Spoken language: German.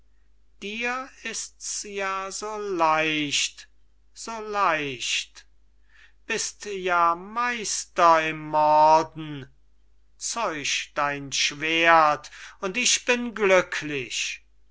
dir ists ja so leicht so leicht bist ja meister im morden zeuch dein schwert und ich bin glücklich